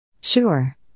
Sure